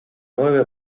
nueve